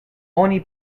oni